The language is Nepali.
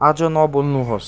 आज नबोल्नुहोस्